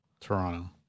Toronto